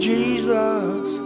Jesus